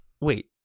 Wait